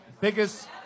biggest